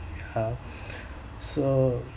ya so